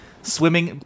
Swimming